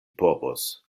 povos